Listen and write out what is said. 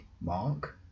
mark